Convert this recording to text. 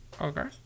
Okay